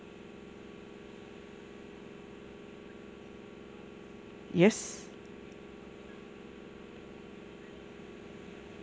yes